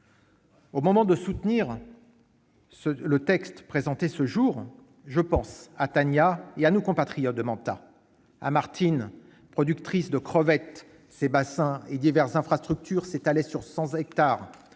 Au moment de soutenir le texte présenté ce jour, je pense à Tannya et à nos compatriotes de Manta. Je pense à Martine, productrice de crevettes. Ses bassins et diverses infrastructures s'étalaient sur 100 hectares.